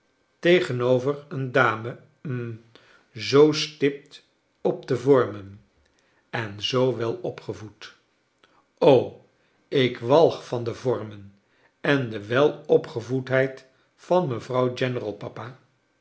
tegenover een dame hum zoo stipt op de vormen en zoo welopgevoed ik walg van de vormen en de welopgevoedheid van mevrouw general papa